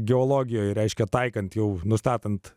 geologijoje reiškia taikant jau nustatant